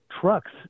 trucks